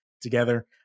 together